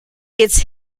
its